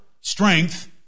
strength